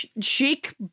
chic